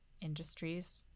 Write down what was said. industries